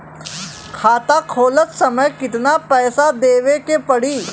खाता खोलत समय कितना पैसा देवे के पड़ी?